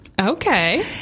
Okay